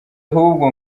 ahubwo